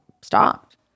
stopped